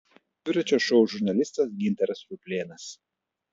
dviračio šou žurnalistas gintaras ruplėnas